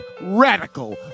Radical